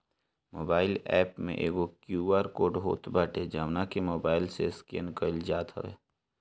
mobile app में एगो QR code होत बाटे जवना के मोबाईल से स्केन कईल जात हवे